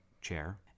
chair